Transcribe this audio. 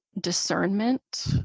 discernment